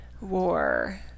war